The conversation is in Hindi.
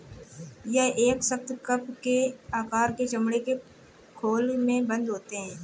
यह एक सख्त, कप के आकार के चमड़े के खोल में बन्द होते हैं